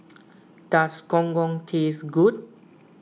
does Gong Gong taste good